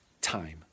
time